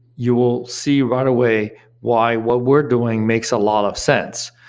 you will see right away why what we're doing makes a lot of sense,